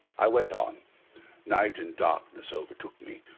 i went on night and darkness overtook me.